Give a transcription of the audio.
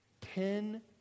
ten